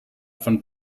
von